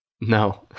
No